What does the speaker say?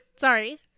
Sorry